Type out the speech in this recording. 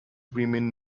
women